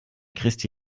christi